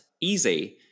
easy